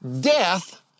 Death